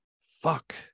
fuck